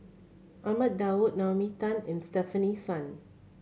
Ahmad Daud Naomi Tan and Stefanie Sun